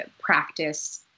practice